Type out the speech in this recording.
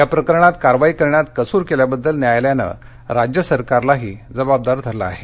या प्रकरणात कारवाई करण्यात कसूर केल्याबद्दल न्यायालयानं राज्य सरकारलाही जबाबदार धरलं आहे